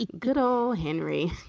like good ol henry,